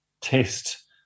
test